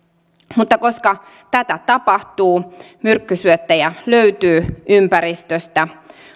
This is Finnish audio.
mutta koska tätä tapahtuu myrkkysyöttejä löytyy ympäristöstä